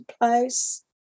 place